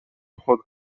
خود